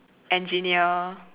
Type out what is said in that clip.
engineer